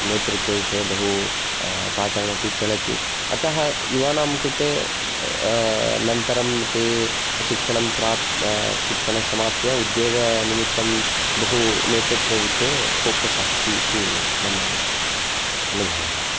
नेतृत्वविषये बहु पाठम् अपि चलति अतः युवानां कृते अनन्तरं ते शिक्षणं प्राप् शिक्षणसमाप्य उद्योगनिमित्तं बहु नेतृत्वविषये फोकस् अस्ति इति मम अनुभवः